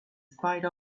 spite